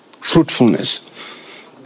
fruitfulness